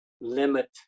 limit